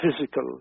physical